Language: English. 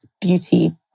beauty